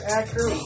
actor